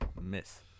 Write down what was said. Miss